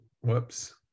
Whoops